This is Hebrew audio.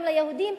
גם ליהודים,